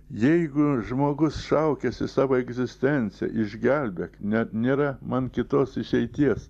jeigu žmogus šaukiasi savo egzistenciją išgelbėk net nėra man kitos išeities